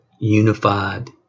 unified